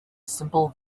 simple